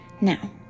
Now